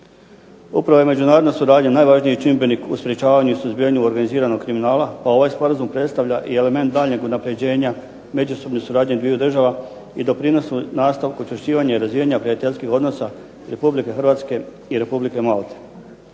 Upravo je međunarodna suradnja najvažniji čimbenik u sprječavanju i suzbijanju organiziranog kriminala pa ovaj Sporazum predstavlja i element daljnjeg unapređenja, međusobne suradnje dviju država i doprinosu, nastavku učvršćivanja i razvijanja prijateljskih odnosa Republike Hrvatske i Republike Malte.